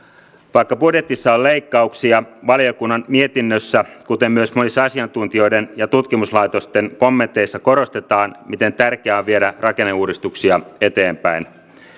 vaikka budjetissa on leikkauksia valiokunnan mietinnössä kuten myös monissa asiantuntijoiden ja tutkimuslaitosten kommenteissa korostetaan miten tärkeää on viedä rakenneuudistuksia eteenpäin